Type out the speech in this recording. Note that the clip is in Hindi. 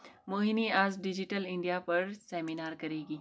मोहिनी आज डिजिटल इंडिया पर सेमिनार करेगी